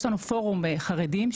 יש לנו פורום חרדים,